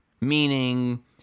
meaning